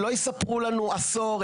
שלא יספרו לנו עשור,